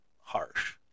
harsh